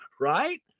right